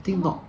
什么